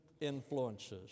influences